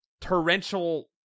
torrential